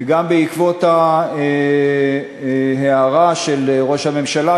וגם בעקבות ההערה של ראש הממשלה,